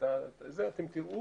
אל תחסוך.